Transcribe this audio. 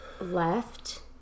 left